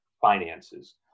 finances